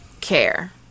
care